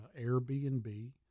Airbnb